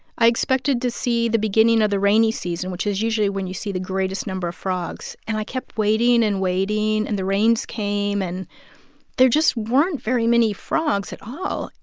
i expected to see the beginning of the rainy season, which is usually when you see the greatest number of frogs. and i kept waiting and waiting, and the rains came and there just weren't very many frogs at all.